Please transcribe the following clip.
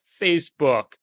Facebook